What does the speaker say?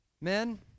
Men